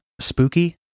spooky